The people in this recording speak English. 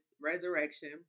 Resurrection